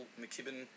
McKibben